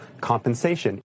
compensation